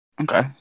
Okay